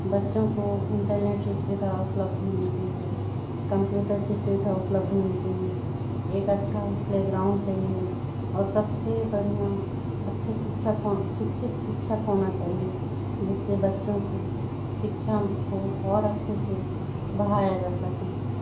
बच्चों को इंटरनेट की सुविधा उपलब्ध होनी चाहिए कंप्यूटर की सुविधा उपलब्ध होनी चाहिए एक अच्छा प्ले ग्राउंड चाहिए और सबसे बढ़िया अच्छे शिक्षक हों शिक्षित शिक्षक होना चाहिए जिससे बच्चों की शिक्षा को बहुत अच्छे से बढ़ाया जा सके